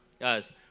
guys